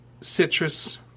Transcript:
Citrus